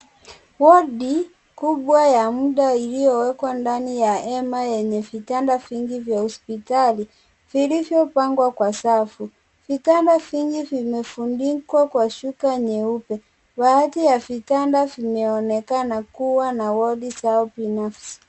Wodi kubwa ya mda iliyowekwa ndani ya hema yenye vitanda vingi vya hospitali vilivyopangwa kwa safu. Vitanda vingi vimefunikwa kwa shuka nyeupe. Baadhi ya vitanda vimeonekana kuwa na wodi zao binafsi.